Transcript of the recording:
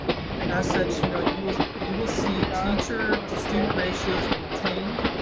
as such you know you will you will see teacher to student ratios maintained,